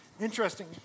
Interesting